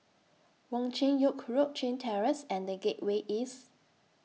Wong Chin Yoke Road Chin Terrace and The Gateway East